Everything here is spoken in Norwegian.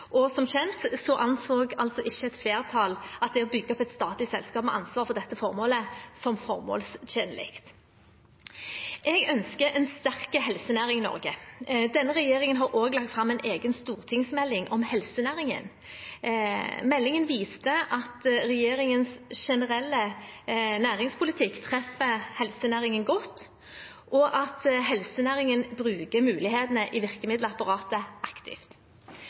Som kjent anså ikke et flertall det å bygge opp et statlig selskap med ansvar for dette formålet som formålstjenlig. Jeg ønsker en sterk helsenæring i Norge. Denne regjeringen har også lagt fram en egen stortingsmelding om helsenæringen. Meldingen viste at regjeringens generelle næringspolitikk treffer helsenæringen godt, og at helsenæringen bruker mulighetene i virkemiddelapparatet aktivt.